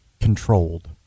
controlled